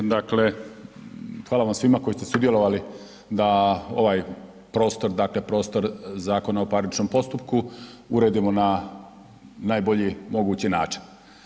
Dakle, hvala vam svima koji ste sudjelovali da ovaj prostor, dakle prostor Zakona o parničnom postupku uredimo na najbolji mogući način.